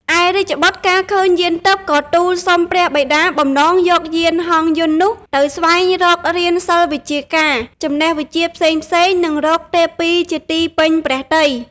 ឯរាជបុត្រកាលឃើញយានទិព្វ ក៏ទូលសុំព្រះបិតាបំណងយកយានហង្សយន្តនោះទៅស្វែងរករៀនសិល្ប៍វិជ្ជាការ ចំណេះវិជ្ជាផ្សេងៗ និងរកទេពីជាទីពេញព្រះទ័យ។